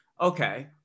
okay